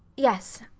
yes.